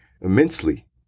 immensely